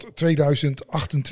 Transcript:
2028